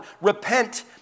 repent